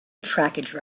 trackage